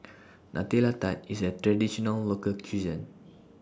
Nutella Tart IS A Traditional Local Cuisine